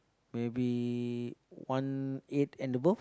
maybe one eight and above